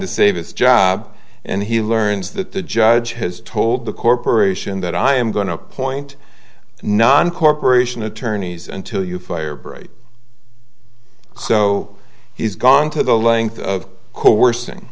to save his job and he learns that the judge has told the corporation that i am going to appoint non corporation attorneys until you fire break so he's gone to the length of co